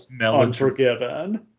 unforgiven